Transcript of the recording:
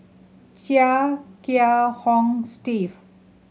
Chia Kiah Hong Steve